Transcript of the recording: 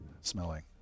smelling